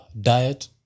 diet